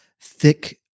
thick